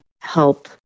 help